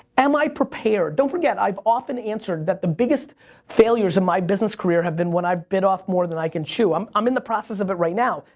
am i prepared? don't forget, i've often answered that the biggest failures in my business career have been when i've bit off more than i can chew. um i'm in the process of it right now.